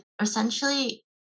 Essentially